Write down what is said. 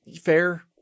fair